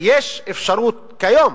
יש אפשרות כיום